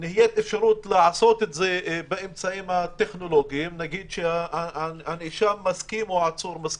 יש אפשרות לעשות את זה באמצעים טכנולוגיים במידה והנאשם או העצור מסכים,